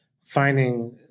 finding